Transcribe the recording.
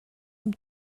amb